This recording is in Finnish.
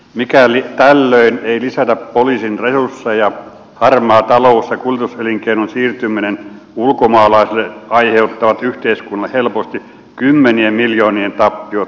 mikäli tällöin ei lisätä poliisin resursseja harmaa talous ja kuljetuselinkeinon siirtyminen ulkomaalaisille aiheuttavat yhteiskunnalle helposti kymmenien miljoonien tappiot menetettyinä tuloina